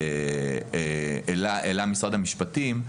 הנושא שהעלה משרד המשפטים,